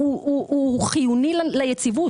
והוא חיוני ליציבות.